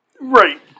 right